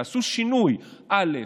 תעשו שינוי א',